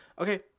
Okay